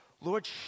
Lord